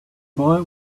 boy